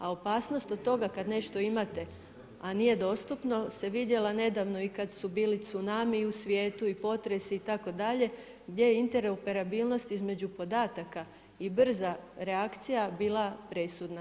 A opasnost od toga kada nešto imate, a nije dostupno se vidjelo nedavno i kada su bili i tsunamii u svijetu i potresi itd., gdje je interoperabilnost između podataka i brza reakcija bila presudna.